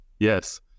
Yes